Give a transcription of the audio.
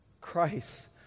Christ